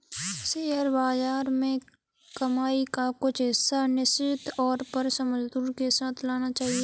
share बाज़ार में कमाई का कुछ हिस्सा निश्चित तौर पर समझबूझ के साथ लगाना चहिये